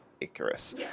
Icarus